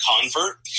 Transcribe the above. convert